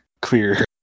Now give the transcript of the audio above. clear